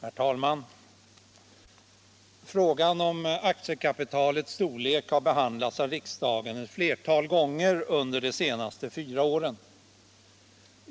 Herr talman! Frågan om aktiekapitalets storlek har behandlats av riksdagen ett flertal gånger under de senaste fyra åren.